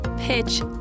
Pitch